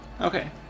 Okay